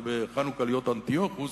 ובחנוכה להיות אנטיוכוס,